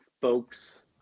folks